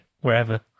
wherever